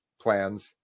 plans